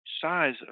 size